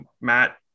matt